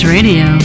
Radio